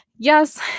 Yes